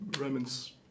Romans